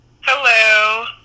Hello